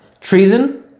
Treason